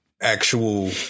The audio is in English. actual